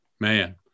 Man